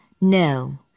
No